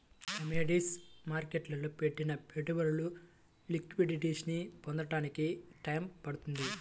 commodities మార్కెట్టులో పెట్టిన పెట్టుబడులు లిక్విడిటీని పొందడానికి టైయ్యం పడుతుంది